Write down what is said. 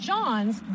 John's